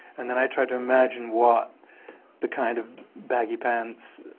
and then i tried to imagine what the kind of baggy pants